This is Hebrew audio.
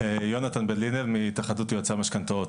יונתן ברלינר, מהתאחדות יועצי המשכנתאות.